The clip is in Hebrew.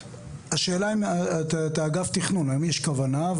השאלה, אתה אגף תכנון, האם יש כוונה?